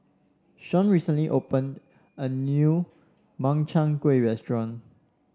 Shaun recently open a new Makchang Gui restaurant